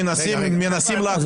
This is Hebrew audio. מנסים לעבוד,